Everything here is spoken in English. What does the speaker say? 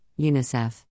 UNICEF